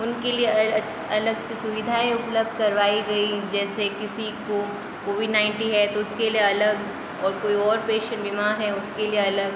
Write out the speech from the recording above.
उनके लिए अलग से सुविधाएँ उपलब्ध करवाई गई जैसे किसी को कोविड नाइंटी है तो उसके लिए अलग और कोई ओर पेशेंट बीमार है उसके लिए अलग